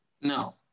No